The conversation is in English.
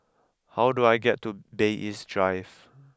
how do I get to Bay East Drive